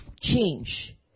change